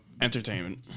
entertainment